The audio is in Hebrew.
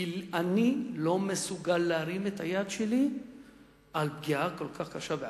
כי אני לא מסוגל להרים את היד שלי על פגיעה כל כך קשה בעקרת-בית.